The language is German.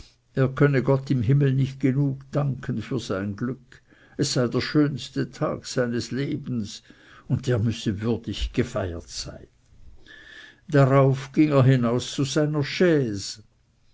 er könne gott im himmel nicht genug danken für sein glück es sei der schönste tag seines lebens und der müsse würdig gefeiert sein darauf ging er hinaus zu seiner